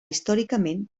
històricament